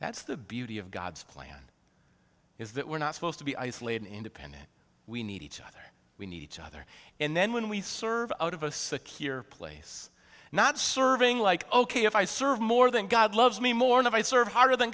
that's the beauty of god's plan is that we're not supposed to be isolated independent we need each other we need each other and then when we serve out of a secure place not serving like ok if i serve more than god loves me more and i serve harder th